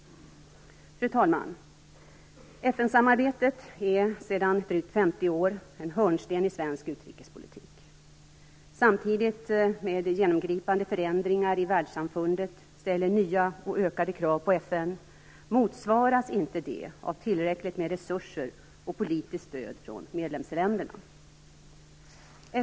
Fru talman! FN-samarbetet är sedan drygt 50 år en hörnsten i svensk utrikespolitik. Samtidigt som genomgripande förändringar i världssamfundet ställer nya och ökade krav på FN motsvaras inte detta av tillräckligt med resurser och politiskt stöd från medlemsländerna.